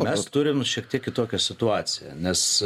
mes turim šiek tiek kitokią situaciją nes